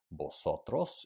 Vosotros